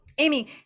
Amy